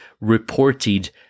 reported